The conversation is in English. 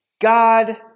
God